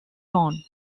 tone